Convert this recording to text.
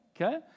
Okay